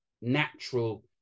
natural